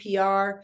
pr